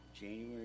January